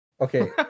Okay